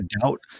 doubt